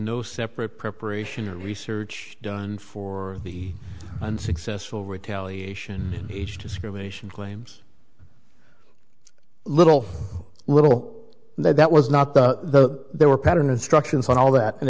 no separate preparation or research done for the unsuccessful retaliation each discrimination claims little little there that was not the there were pattern instructions on all that and